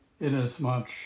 inasmuch